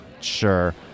sure